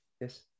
yes